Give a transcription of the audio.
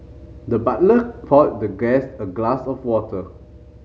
the butler poured the guest a glass of water